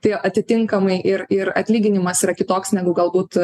tai atitinkamai ir ir atlyginimas yra kitoks negu galbūt